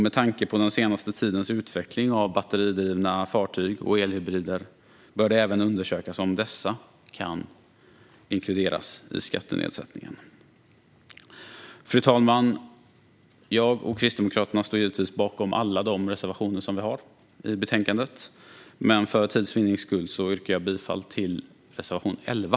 Med tanke på den senaste tidens utveckling av batteridrivna fartyg och elhybrider bör det även undersökas om dessa kan inkluderas i skattenedsättningen. Fru talman! Jag och Kristdemokraterna står givetvis bakom alla våra reservationer i betänkandet, men för tids vinnande yrkar jag bifall bara till reservation 11.